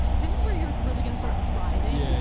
this is where you're really gonna start thriving. yeah